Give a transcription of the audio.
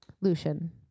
Lucian